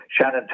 Shannon